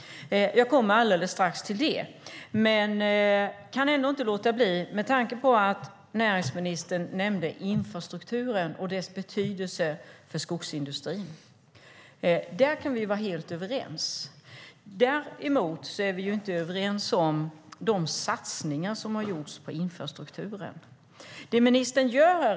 Jag återkommer strax till det. Näringsministern nämnde infrastrukturen och dess betydelse för skogsindustrin, och där kan vi vara helt överens. Däremot är vi inte överens om de satsningar som har gjorts på infrastrukturen.